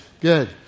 Good